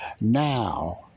Now